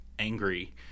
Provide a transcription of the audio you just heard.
angry